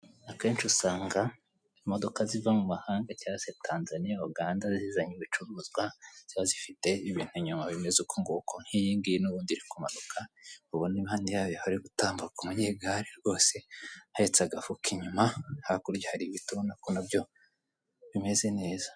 Akenshi usanga imodoka ziva mu mahanga cyangwa se Tanzaniya, Uganda zizanye ibicuruzwa ziba zifite ibintu inyuma bimeze ukonguku, nk'iyingiyi n'ubundi iri kumanuka, ubona impande yayo hari gutambuka umunyegare rwoseuhetse agafuka inyuma, hakurya hari ibiti nabyo ubona ko bimeze neza.